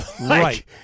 Right